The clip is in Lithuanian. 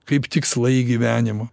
kaip tikslai gyvenimo